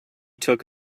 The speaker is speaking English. took